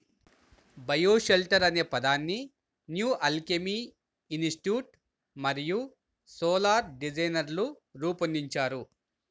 bioshelter అనే పదాన్ని New Alchemy Institute మరియు సోలార్ డిజైనర్లు రూపొందించారు